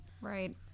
Right